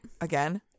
Again